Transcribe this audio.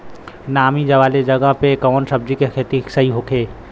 नामी वाले जगह पे कवन सब्जी के खेती सही होई?